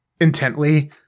intently